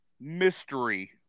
mystery